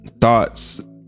thoughts